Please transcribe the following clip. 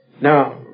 now